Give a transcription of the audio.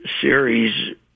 series